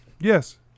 Yes